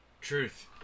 Truth